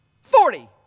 Forty